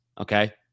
okay